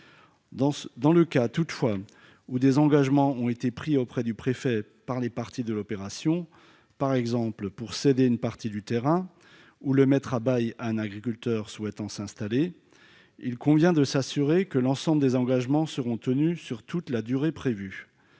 dans le cas où des engagements ont été pris auprès du préfet par les parties à l'opération- par exemple pour céder une partie du terrain ou le mettre à bail à un agriculteur souhaitant s'installer -, il faut s'assurer que l'ensemble des engagements seront tenus pour toute la durée prévue.